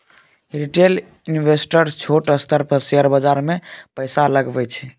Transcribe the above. retail investor छोट स्तर पर शेयर बाजार मे पैसा लगबै छै